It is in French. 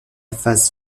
phase